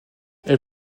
elle